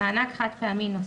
(מענק חד-פעמי נוסף),